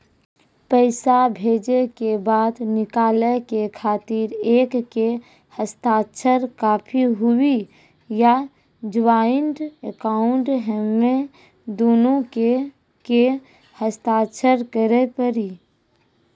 पैसा भेजै के बाद निकाले के खातिर एक के हस्ताक्षर काफी हुई या ज्वाइंट अकाउंट हम्मे दुनो के के हस्ताक्षर करे पड़ी?